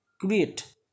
create